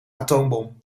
atoombom